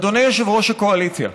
אדוני יושב-ראש הקואליציה,